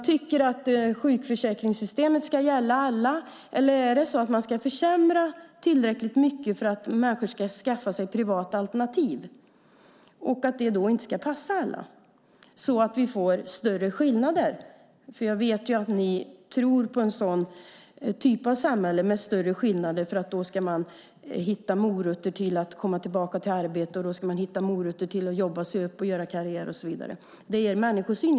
Tycker ni att sjukförsäkringssystemet ska gälla alla, eller ska man försämra tillräckligt mycket så att människor ska skaffa sig privata alternativ? Det passar inte alla, och då får vi större skillnader. Jag vet ju att ni tror på en sådan typ av samhälle med större skillnader. Då ska man hitta morötter för att komma tillbaka till arbete, till att jobba sig upp, göra karriär och så vidare. Det är er människosyn.